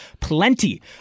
plenty